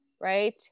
right